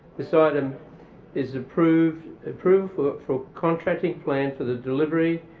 this item is approval approval for contracting plan for the delivery,